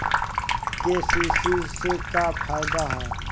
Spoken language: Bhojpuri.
के.सी.सी से का फायदा ह?